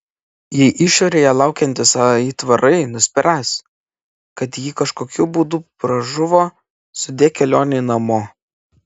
jei išorėje laukiantys aitvarai nuspręs kad ji kažkokiu būdu pražuvo sudie kelionei namo